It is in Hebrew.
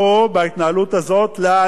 להעלים את הדוח הזה מהציבור.